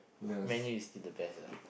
Man-U is still the best ah